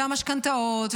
משכנתאות,